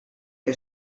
que